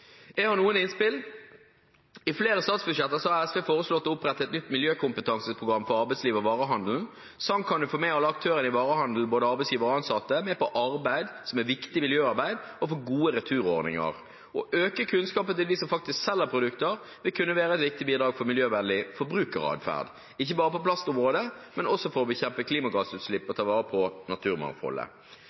Jeg har noen innspill: I flere statsbudsjetter har SV foreslått å opprette et nytt miljøkompetanseprogram for arbeidslivet og varehandelen. Sånn kan man få alle aktører i varehandelen, både arbeidsgivere og ansatte, med på arbeid som er viktig miljøarbeid, og få gode returordninger. Å øke kunnskapen til dem som faktisk selger produkter, vil kunne være et viktig bidrag til miljøvennlig forbrukeratferd – ikke bare på plastområdet, men også for å bekjempe klimagassutslipp og ta vare på naturmangfoldet.